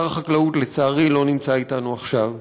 שר החקלאות, לצערי, לא נמצא אתנו עכשיו,